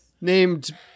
named